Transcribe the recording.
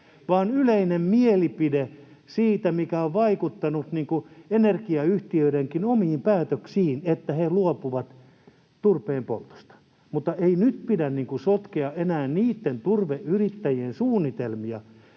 on yleinen mielipide, mikä on vaikuttanut energiayhtiöidenkin omiin päätöksiin, että he luopuvat turpeenpoltosta. Mutta ei nyt pidä sotkea enää niitten turveyrittäjien suunnitelmia,